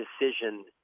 decision